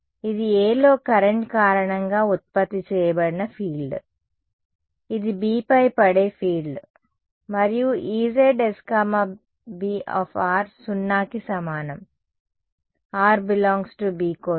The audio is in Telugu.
ఇది A లో కరెంట్ కారణంగా ఉత్పత్తి చేయబడిన ఫీల్డ్ ఇది B పై పడే ఫీల్డ్ మరియు EzsB సున్నాకి సమానం r ∈ B కోసం